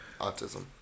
Autism